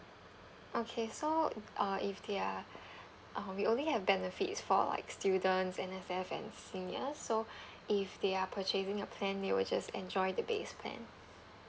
okay so uh if they are uh we only have benefits for like students and if they are and senior so if they are purchasing a plan they will just enjoy the base plan